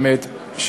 באמת,